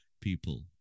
people